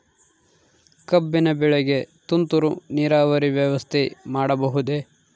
ಕಬ್ಬಿನ ಬೆಳೆಗೆ ತುಂತುರು ನೇರಾವರಿ ವ್ಯವಸ್ಥೆ ಮಾಡಬಹುದೇ?